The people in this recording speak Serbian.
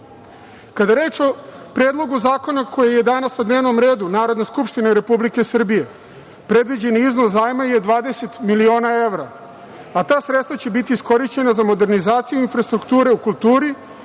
je reč o Predlogu zakona koji je danas na dnevnom redu Narodne skupštine Republike Srbije, predviđeni iznos zajma je 20 miliona evra, a ta sredstva će biti iskorišćena za modernizaciju infrastrukture u kulturi,